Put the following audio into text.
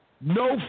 no